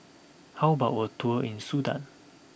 how about a tour in Sudan